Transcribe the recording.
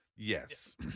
Yes